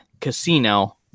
casino